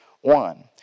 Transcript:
one